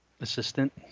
Assistant